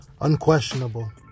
unquestionable